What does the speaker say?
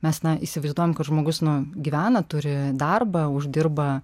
mes na įsivaizduojam kad žmogus nu gyvena turi darbą uždirba